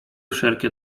wszelkie